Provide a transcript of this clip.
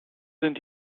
sind